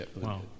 Wow